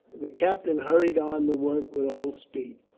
the captain hurried on the work with all speed.